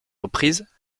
reprises